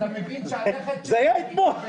רק להזכיר לך.